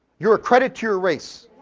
you're a credit to your race.